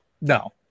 No